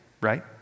right